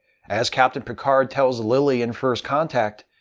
as captain picard tells lily in first contact,